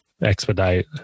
expedite